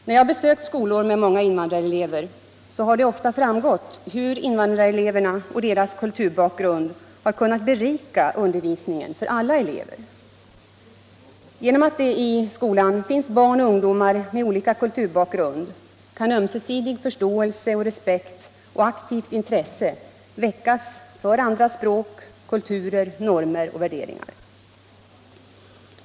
När jag besökt skolor med många invandrarelever har det ofta framgått hur invandrareleverna och deras kulturbakgrund kunnat berika under 89 visningen för alla elever. Genom att det i skolan finns barn och ungdomar med olika kulturbakgrund kan ömsesidig förståelse och respekt samt aktivt intresse väckas för andra språk, kulturer, normer och värderingar.